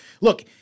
Look